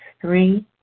three